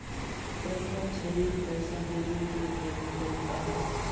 प्रत्यक्ष ऋण पैसा लेबे के एगो तरीका हइ